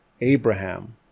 Abraham